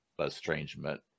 estrangement